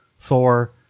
Thor